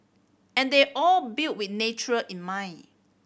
and they all built with nature in mind